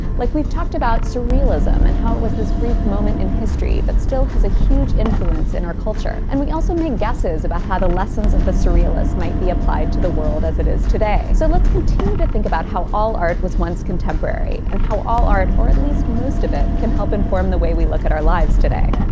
like we've talked about surrealism, and how it was this brief moment in history but still has a huge influence in our culture. and we also make guesses about how the lessons of the surrealists might be applied to the world as it is today. so let's continue to think about how all art was once contemporary, and how all art, or at least most of it, can help inform the way we look at our lives today.